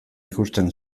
ikusten